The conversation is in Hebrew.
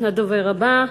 הדובר הבא,